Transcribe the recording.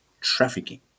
trafficking